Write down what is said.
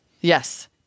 Yes